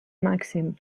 màxim